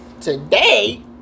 today